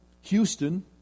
houston